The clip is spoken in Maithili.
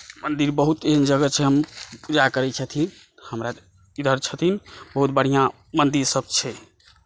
बहुत एहन जगह छै हम पूजा करै छथिन हमरा इधर छथिन बहुत बढ़िऑं मन्दिर सभ छै